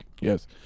Yes